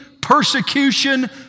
persecution